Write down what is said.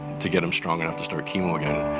to get him strong enough to start chemo again.